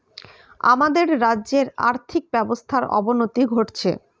আমাদের রাজ্যের আর্থিক ব্যবস্থার অবনতি ঘটছে